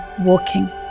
walking